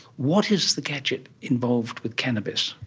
what is the gadget involved with cannabis?